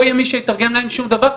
לא יהיה מי שיתווך להם שום דבר,